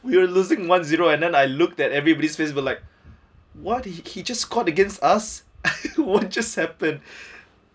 we are losing one zero and then I looked at everybody's face like what he he just scored against us what just happen